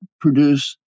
produce